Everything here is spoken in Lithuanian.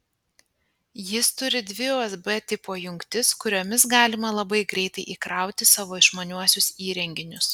jis turi dvi usb tipo jungtis kuriomis galima labai greitai įkrauti savo išmaniuosius įrenginius